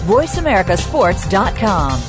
VoiceAmericaSports.com